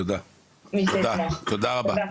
תודה רבה.